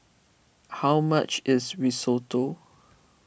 how much is Risotto